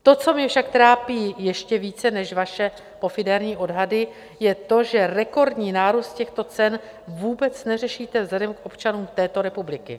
To, co mě však trápí ještě více než vaše pofiderní odhady, je to, že rekordní nárůst těchto cen vůbec neřešíte vzhledem k občanům této republiky.